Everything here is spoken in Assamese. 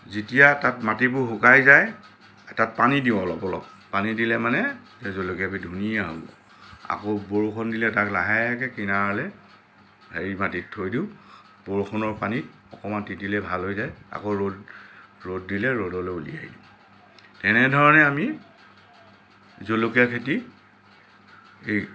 যেতিয়া তাত মাটিবোৰ শুকাই যায় তাত পানী দিওঁ অলপ অলপ পানী দিলে মানে এই জলকীয়াবিধ ধুনীয়া হয় আকৌ বৰষুণ দিলে তাক লাহেকৈ কিনাৰলৈ হেৰি মাটিত থৈ দিওঁ বৰষুণৰ পানীত অকণমান তিতিলে ভাল হৈ যায় আকৌ ৰ'দ ৰ'দ দিলে ৰ'দলৈ উলিয়াই দিওঁ তেনেধৰণে আমি জলকীয়া খেতি এই